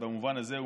במובן הזה,